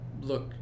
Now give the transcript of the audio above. look